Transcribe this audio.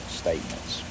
statements